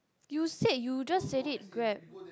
you said you just said it Grab